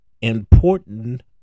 important